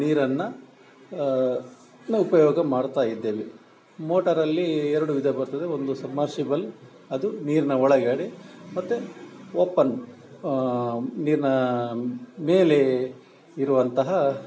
ನೀರನ್ನು ನಾವು ಉಪಯೋಗ ಮಾಡ್ತಾಯಿದ್ದೇವೆ ಮೋಟಾರಲ್ಲಿ ಎರಡು ವಿಧ ಬರ್ತದೆ ಒಂದು ಸಮ್ಮರ್ಷಿಬಲ್ ಅದು ನೀರಿನ ಒಳಗಡೆ ಮತ್ತೆ ಓಪನ್ ನೀರಿನ ಮೇಲೆ ಇರುವಂತಹ